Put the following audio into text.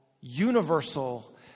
universal